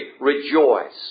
rejoice